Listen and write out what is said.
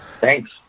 Thanks